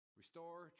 Restore